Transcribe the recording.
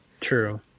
True